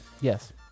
Yes